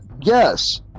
Yes